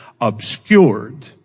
obscured